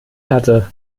hatte